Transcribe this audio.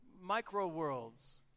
micro-worlds